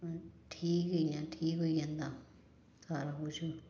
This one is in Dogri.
ठीक ही ठीक होई जंदा सारा कुछ